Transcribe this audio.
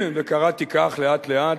וקראתי כך, לאט-לאט: